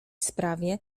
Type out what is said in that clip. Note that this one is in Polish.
sprawie